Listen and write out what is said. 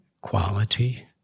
quality